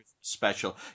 Special